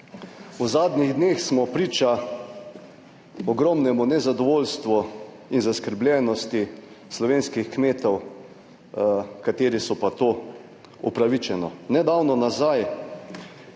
V zadnjih dneh smo priča ogromnemu nezadovoljstvu in zaskrbljenosti slovenskih kmetov, kateri so pa to upravičeno. Nedavno nazaj